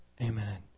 Amen